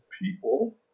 People